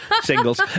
Singles